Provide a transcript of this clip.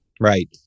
Right